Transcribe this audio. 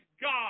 God